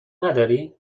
نداری